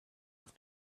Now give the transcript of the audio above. with